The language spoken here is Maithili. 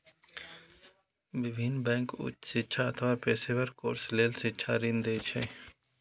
विभिन्न बैंक उच्च शिक्षा अथवा पेशेवर कोर्स लेल शिक्षा ऋण दै छै